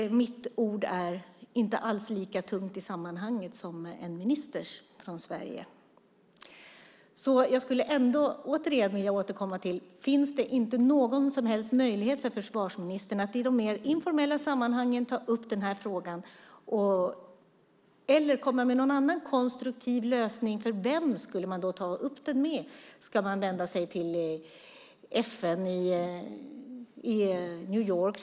Mitt ord är inte alls lika tungt i sammanhanget som en svensk ministers. Jag skulle vilja återkomma till frågan om det inte finns någon som helst möjlighet för försvarsministern att i de mer informella sammanhangen ta upp frågan eller komma med någon annan konstruktiv lösning. Vem skulle man annars ta upp den med? Ska man vända sig till FN i New York?